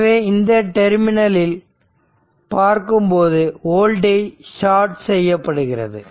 எனவே இந்த டெர்மினலில் பார்க்கும்போது வோல்டேஜ் ஷார்ட் செய்யப்படுகிறது